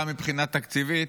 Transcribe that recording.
גם מבחינה תקציבית.